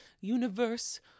universe